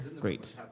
Great